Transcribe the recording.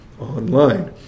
online